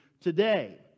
today